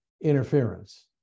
interference